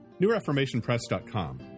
NewReformationPress.com